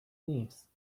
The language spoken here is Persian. نیست